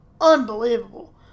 unbelievable